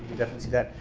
definitely see that.